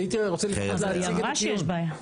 היא אמרה שיש בעיה.